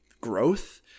growth